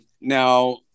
now